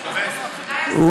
מקווה.